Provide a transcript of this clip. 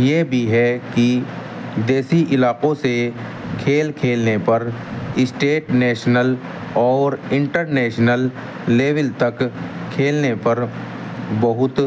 یہ بھی ہے کہ دیسی علاقوں سے کھیل کھیلنے پر اسٹیٹ نیشنل اور انٹرنیشنل لیول تک کھیلنے پر بہت